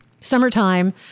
summertime